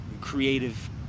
creative